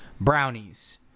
brownies